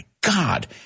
god